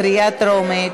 קריאה טרומית.